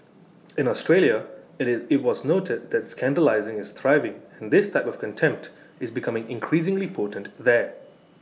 in Australia IT is IT was noted that scandalising is thriving and this type of contempt is becoming increasingly potent there